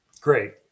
Great